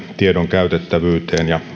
tiedon käytettävyyteen ja